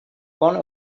gone